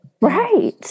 Right